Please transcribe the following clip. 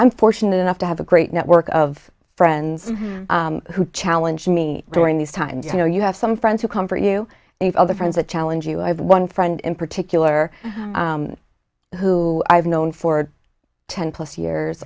i'm fortunate enough to have a great network of friends who challenge me during these times you know you have some friends who come for you the other friends that challenge you i have one friend in particular who i've known for ten plus years